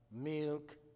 milk